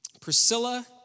Priscilla